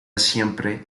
siempre